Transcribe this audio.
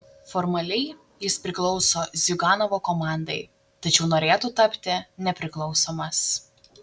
formaliai jis priklauso ziuganovo komandai tačiau norėtų tapti nepriklausomas